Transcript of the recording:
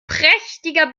prächtiger